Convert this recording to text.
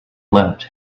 left